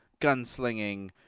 gunslinging